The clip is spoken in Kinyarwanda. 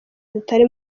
zitari